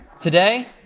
today